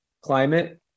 climate